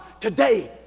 Today